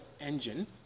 engine